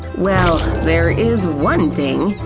well, there is one thing,